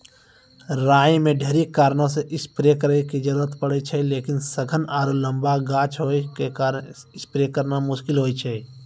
राई मे ढेरी कारणों से स्प्रे करे के जरूरत पड़े छै लेकिन सघन आरु लम्बा गाछ होय के कारण स्प्रे करना मुश्किल होय छै?